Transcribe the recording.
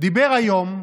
דיבר היום,